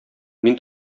мин